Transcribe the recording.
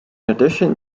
addition